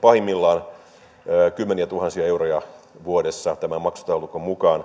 pahimmillaan kymmeniätuhansia euroja vuodessa tämän maksutaulukon mukaan